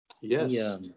Yes